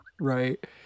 Right